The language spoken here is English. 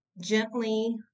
gently